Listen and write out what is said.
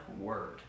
word